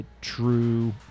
true